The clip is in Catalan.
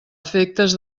efectes